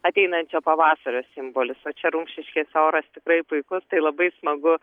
ateinančio pavasario simbolis o čia rumšiškėse oras tikrai puikus tai labai smagu